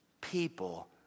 people